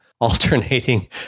alternating